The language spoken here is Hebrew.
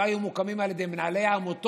לא היו מוקמים על ידי מנהלי העמותות,